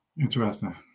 Interesting